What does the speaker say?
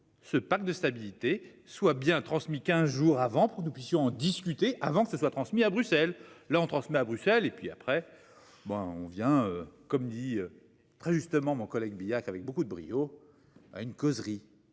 ce pacte de stabilité soit bien transmis, 15 jours avant pour que nous puissions en discuter avant que ce soit transmis à Bruxelles, là on transmet à Bruxelles et puis après ben on vient comme dit très justement mon collègue Billac avec beaucoup de brio. À une causerie